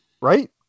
right